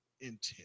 intent